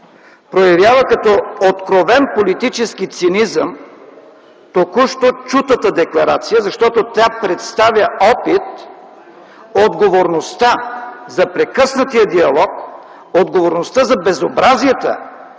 проявява като откровен политически цинизъм току-що чутата декларация, защото тя представя опит отговорността за прекъснатия диалог, отговорността за безобразията